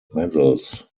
medals